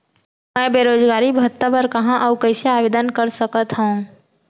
मैं बेरोजगारी भत्ता बर कहाँ अऊ कइसे आवेदन कर सकत हओं?